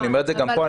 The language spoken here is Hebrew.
אני אומר את זה גם פה,